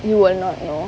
you will not know